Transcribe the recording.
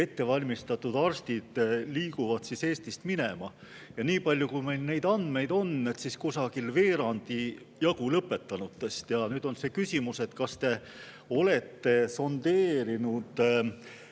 ettevalmistatud arstid liiguvad Eestist minema. Nii palju, kui meil neid andmeid on, on neid kusagil veerandi jagu lõpetanutest. Ja nüüd on küsimus, et kas te olete sondeerinud